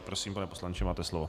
Prosím, pane poslanče, máte slovo.